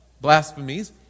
Blasphemies